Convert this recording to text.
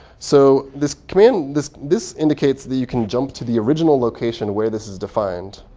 so this command, this this indicates that you can jump to the original location where this is defined.